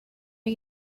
are